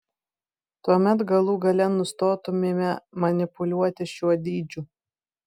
tuomet galų gale nustotumėme manipuliuoti šiuo dydžiu